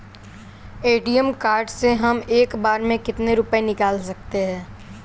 ATM card से हम एक बार में कितने रुपये निकाल सकते हैं?